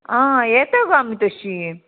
आ येता गो आमी तशी